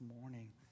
morning